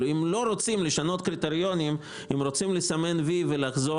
אם לא רוצים לשנות קריטריונים, רוצים רק לסמן "וי"